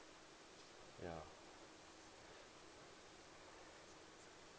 ya